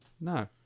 No